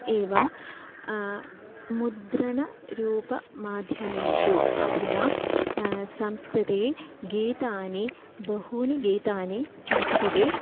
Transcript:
एवं मुद्रणरूपमाध्यमेषु अधुना संस्कृते गीतानि बहूनि गीतानि संस्कृते